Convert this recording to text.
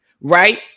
right